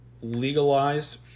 legalized